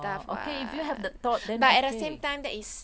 orh okay if you have the thought then okay